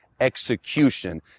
execution